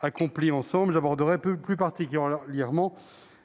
accompli ensemble, j'aborderai plus particulièrement